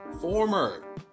former